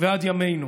ועד ימינו.